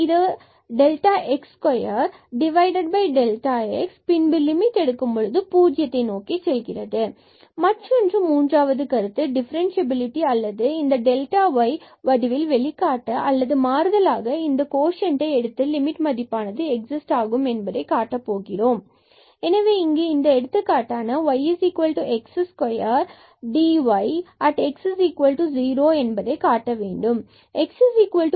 y dy இதுx2 x லிமிட்டை எடுத்தால்x→0 0 பூஜ்ஜியத்தை நோக்கி செல்கிறது மற்றொரு மூன்றாவது கருத்து டிஃபரன்ஸ்சியபிலிடி அல்லது இந்த டெல்டா y இந்த வடிவில் வெளிக்காட்ட அல்லது மாறுதலாக இதன் கோஷன்டை எடுத்து லிமிட் மதிப்பானது எக்ஸிஸ்ட் ஆகும் என்பதை காட்டப் போகிறோம் எனவே இங்கு இந்த எடுத்துக்காட்டான yx2 y and dy at x2 என்பதை காட்ட வேண்டும்